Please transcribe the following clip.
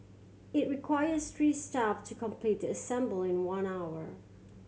it requires three staff to complete the assembly in one hour